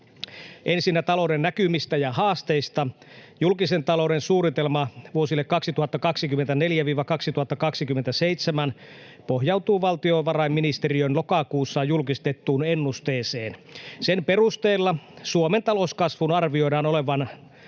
Ensinnä talouden näkymistä ja haasteista. Julkisen talouden suunnitelma vuosille 2024—2027 pohjautuu valtiovarainministeriön lokakuussa julkistettuun ennusteeseen. Sen perusteella Suomen talouskasvun arvioidaan olevan